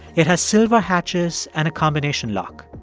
it has silver hatches and a combination lock.